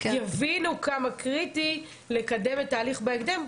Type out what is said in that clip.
ויבינו כמה קריטי לקדם את ההליך בהקדם,